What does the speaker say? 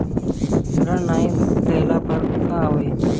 ऋण नही दहला पर का होइ?